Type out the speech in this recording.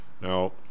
Now